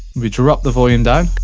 we drop the volume down.